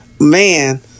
man